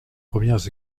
premières